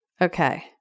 Okay